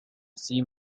see